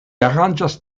aranĝas